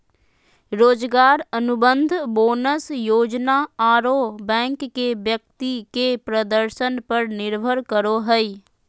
रोजगार अनुबंध, बोनस योजना आरो बैंक के व्यक्ति के प्रदर्शन पर निर्भर करो हइ